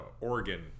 Oregon